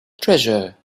treasure